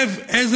אתמול אמר ראש